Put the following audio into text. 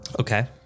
Okay